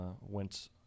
went